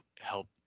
help